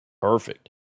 perfect